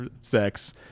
sex